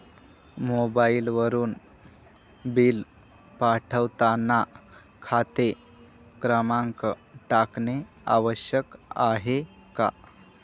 मोबाईलवरून बिल पाठवताना खाते क्रमांक टाकणे आवश्यक आहे का?